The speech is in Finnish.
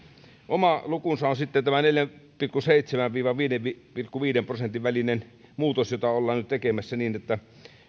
oma lukunsa on sitten tämä neljä pilkku seitsemän viiva viiden pilkku viiden prosentin välinen muutos jota ollaan nyt tekemässä niin että